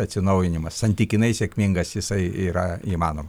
atsinaujinimas santykinai sėkmingas jisai yra įmanomas